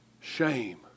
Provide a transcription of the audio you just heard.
Shame